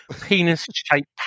Penis-shaped